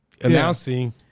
announcing